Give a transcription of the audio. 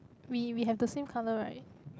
we we have the same colour right